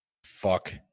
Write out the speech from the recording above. Fuck